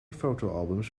fotoalbums